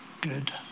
good